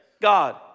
God